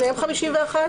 שניהם 51?